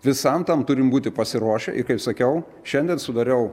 visam tam turim būti pasiruošę ir kaip sakiau šiandien sudariau